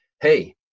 hey